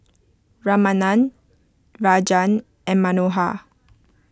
Ramanand Rajan and Manohar